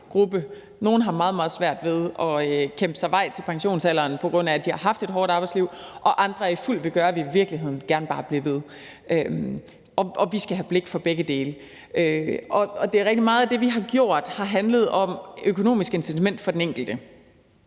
Nogle har meget, meget svært ved at kæmpe sig vej til pensionsalderen, på grund af at de har haft et hårdt arbejdsliv, og andre er i fuld vigør og vil i virkeligheden bare gerne blive ved. Og vi skal have blik for begge dele. Det er rigtigt, at meget af det, vi har gjort, har handlet om økonomisk incitament for den enkelte.